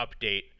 update